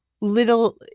little